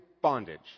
bondage